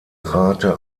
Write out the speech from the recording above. rate